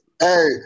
Hey